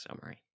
summary